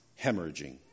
hemorrhaging